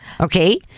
Okay